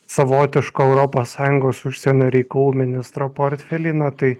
savotiško europos sąjungos užsienio reikalų ministro portfelį na tai